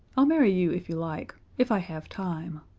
i'll marry you if you like if i have time.